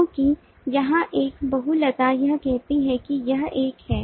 क्योंकि यहां एक बहुलता यह कहती है कि यह एक है